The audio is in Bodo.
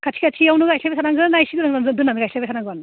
खाथि खाथियावनो गायस्लायबाय थानांगौ ना एसे गोजान गोजान दोननानै गायस्लायबाय थानांगोन